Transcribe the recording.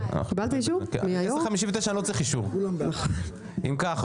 (הישיבה נפסקה בשעה 10:55 ונתחדשה בשעה 10:59.) אם כך,